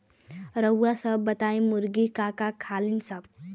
रउआ सभ बताई मुर्गी का का खालीन सब?